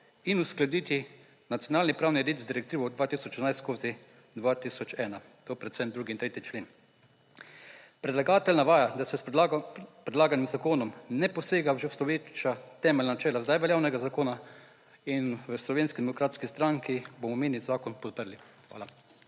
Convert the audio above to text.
in uskladiti nacionalni pravni red z direktivo 218/2001. To predvsem 2. in 3. člen. Predlagatelj navaja, da se s predlaganim zakonom ne posega v že obstoječa temeljna načela sedaj veljavnega zakona. V Slovenski demokratski stranki bomo omenjeni zakon podprli. Hvala.